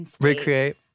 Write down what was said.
Recreate